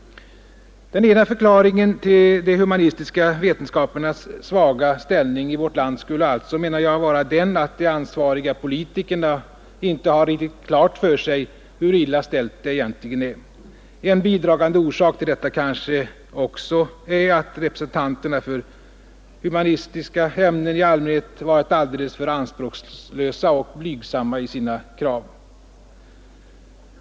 Den ena förklaringen till de humanistiska vetenskapernas svaga ställning i vårt land skulle alltså, menar jag, vara den att de ansvariga politikerna inte har riktigt klart för sig, hur illa ställt det egentligen är. En bidragande orsak till detta kanske också är att representanterna för humanistiska ämnen i allmänhet varit alldeles för anspråkslösa och blygsamma i sina krav.